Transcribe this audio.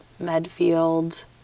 Medfield